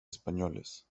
españoles